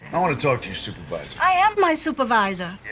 i want to talk to soon i am my supervisor.